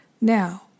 Now